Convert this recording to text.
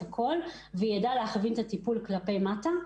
הכול ויידע להכווין את הטיפול כלפי מטה.